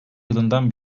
yılından